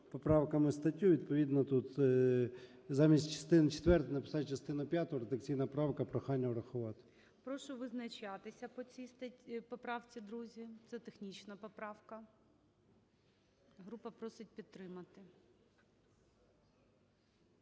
поправками статтю, відповідно тут замість частини четвертої написати частину п'яту. Редакційна правка. Прохання врахувати. ГОЛОВУЮЧИЙ. Прошу визначатися по цій поправці, друзі. Це технічна поправка. Група просить підтримати.